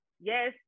Yes